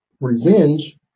revenge